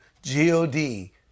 G-O-D